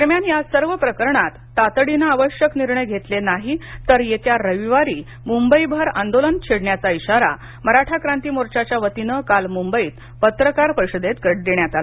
दरम्यान या सर्व प्रकरणात तातडीने आवश्यक निर्णय घेतले नाही तर येत्या रविवारी मुंबईभर आंदोलन छेडण्याचा इशारा मराठा क्रांती मोर्चाच्या वतीन काल मुंबईत पत्रकार परिषदेत देण्यात आला